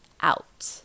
out